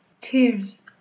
Tears